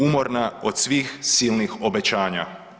Umorna od svih silnih obećanja.